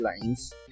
lines